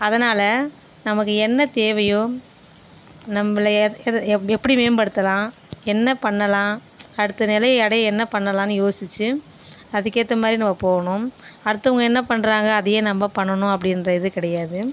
அதனால் நமக்கு என்ன தேவையோ நம்மள எ எதை எப் எப்படி மேம்படுத்தலாம் என்ன பண்ணலாம் அடுத்த நிலைய அடைய என்ன பண்ணலாம்னு யோசித்து அதுக்கு ஏற்றமாதிரி நம்ம போகணும் அடுத்தவங்க என்ன பண்ணுறாங்க அதையே நம்ம பண்ணணும் அப்படின்ற இது கிடையாது